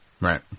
Right